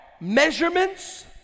measurements